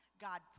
God